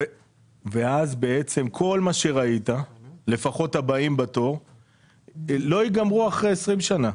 ואז כל הבאים בתור לא ייגמרו אחרי 20 שנה.